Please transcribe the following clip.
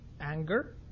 anger